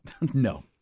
No